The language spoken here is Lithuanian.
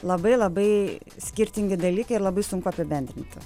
labai labai skirtingi dalykai ir labai sunku apibendrinti